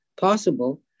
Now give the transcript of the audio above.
possible